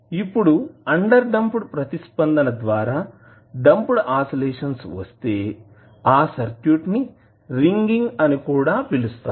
ఇప్పుడు under damped ప్రతిస్పందన ద్వారా డాంప్డ్ ఆసిలేషన్స్ వస్తే ఆ సర్క్యూట్ ని రింగింగ్ అని కూడా పిలుస్తారు